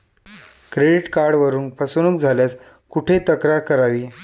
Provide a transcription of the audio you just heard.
Credit कार्डवरून फसवणूक झाल्यास कुठे तक्रार करावी?